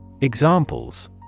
Examples